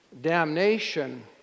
damnation